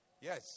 Yes